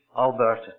Alberta